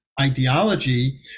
ideology